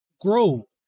grow